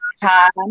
Time